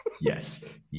Yes